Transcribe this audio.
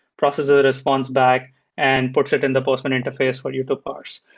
process the response back and puts it in the postman interface for you to parse.